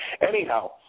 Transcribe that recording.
Anyhow